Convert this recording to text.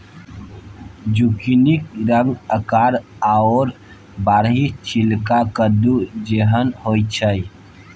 जुकिनीक रंग आकार आओर बाहरी छिलका कद्दू जेहन होइत छै